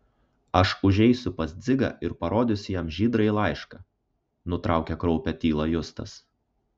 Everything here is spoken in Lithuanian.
aš užeisiu pas dzigą ir parodysiu jam žydrąjį laišką nutraukė kraupią tylą justas